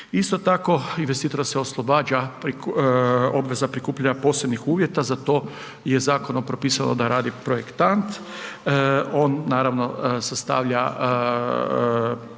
Isto tako investitora se oslobađa obveza prikupljanja posebnih uvjeta za to je zakonom pripisano da radi projektant, on naravno sastavlja